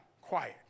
Quiet